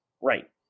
right